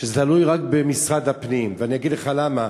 שזה תלוי רק במשרד הפנים, ואני אגיד לך למה.